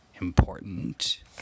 important